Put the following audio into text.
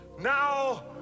Now